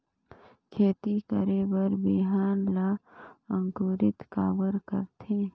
खेती करे बर बिहान ला अंकुरित काबर करथे?